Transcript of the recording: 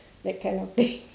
that kind of thing